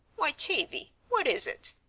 why, tavie, what is it?